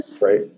Right